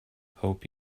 hope